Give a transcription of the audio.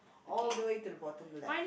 all the way to the bottom left